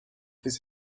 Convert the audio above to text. his